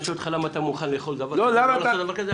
אני שואל אותך למה אתה מוכן לאכול דבר כזה או לא לאכול דבר כזה?